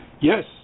Yes